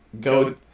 Go